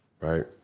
right